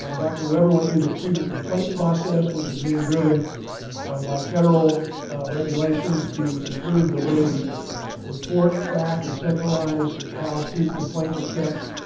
um dr. weber went through the student complaint process which is being driven by federal regulations to improve the way we report, track and centralize how student complaints are kept.